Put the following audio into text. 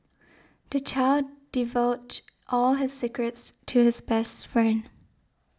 the child divulged all his secrets to his best friend